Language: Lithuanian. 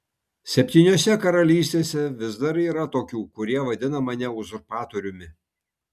septyniose karalystėse vis dar yra tokių kurie vadina mane uzurpatoriumi